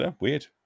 weird